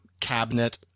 cabinet